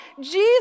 Jesus